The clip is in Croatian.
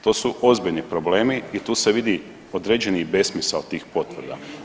To su ozbiljni problemi i tu se vidi određeni besmisao tih potvrda.